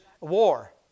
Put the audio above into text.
war